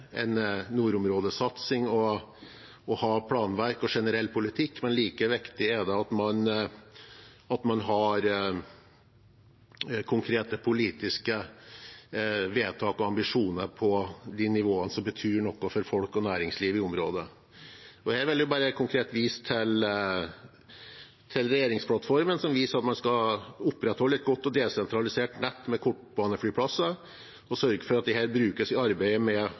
at man har konkrete politiske vedtak og ambisjoner på de nivåene som betyr noe for folk og næringsliv i området. Jeg vil konkret vise til regjeringsplattformen, som viser at man skal «opprettholde et godt, desentralisert nett med kortbaneflyplasser og sørge for at disse brukes i arbeidet med